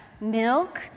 milk